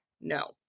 No